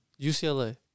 UCLA